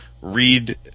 read